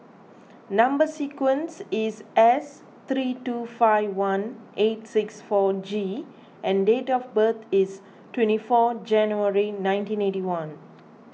Number Sequence is S three two five one eight six four G and date of birth is twenty four January nineteen eighty one